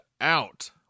out